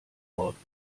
worden